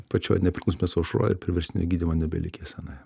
pačioj nepriklausomybės aušroj priverstinio gydymo nebelikę senai